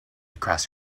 across